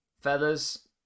feathers